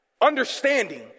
understanding